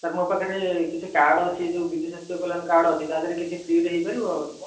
sir ମୋ ପାଖରେ କିଛି କାର୍ଡ଼ ଅଛି ଯେଉଁ ବିଜୁ ସ୍ୱାସ୍ଥ୍ୟ କଲ୍ୟାଣ କାର୍ଡ଼ ଅଛି ତାଦେହରେ କିଛି ଫ୍ରିରେ ହେଇପାରିବ